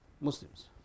Muslims